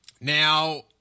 now